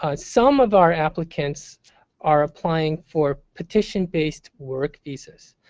ah some of our applicants are applying for petition-based work visas.